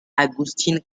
agustín